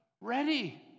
ready